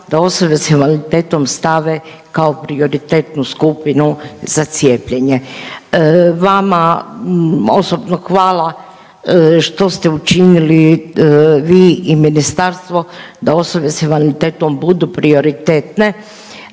da osobe s invaliditetom stave kao prioritetnu skupinu za cijepljenje. Vama osobno hvala što ste učinili vi i ministarstvo da osobe s invaliditetom budu prioritetne.